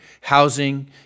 Housing